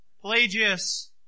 Pelagius